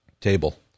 table